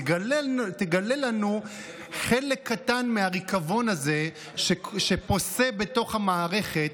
תגלה לנו חלק קטן מהריקבון הזה שפושה בתוך המערכת